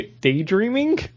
daydreaming